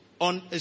on